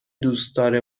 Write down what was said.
دوستدار